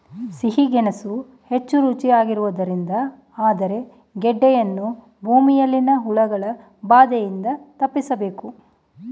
ಸಿಹಿ ಗೆಣಸು ಹೆಚ್ಚು ರುಚಿಯಾಗಿರುವುದರಿಂದ ಆದರೆ ಗೆಡ್ಡೆಯನ್ನು ಭೂಮಿಯಲ್ಲಿನ ಹುಳಗಳ ಬಾಧೆಯಿಂದ ತಪ್ಪಿಸಬೇಕು